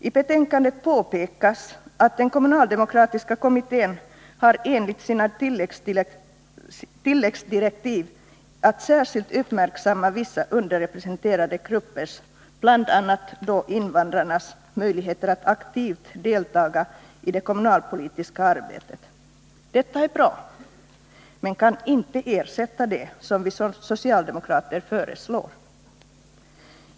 I betänkandet påpekas att den kommunaldemokratiska kommittén i sina tilläggsdirektiv har att särskilt uppmärksamma underrepresenterade gruppers, bl.a. invandrarnas, möjligheter att aktivt delta i det kommunalpolitiska arbetet. Det är bra, men kan inte ersätta det som vi socialdemokrater föreslår.